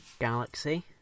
galaxy